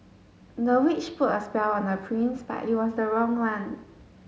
the witch put a spell on the prince but it was the wrong one